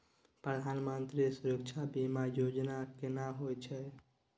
प्रधानमंत्री सुरक्षा बीमा योजना केना होय छै?